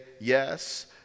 yes